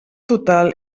total